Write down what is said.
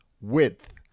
Width